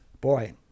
Boy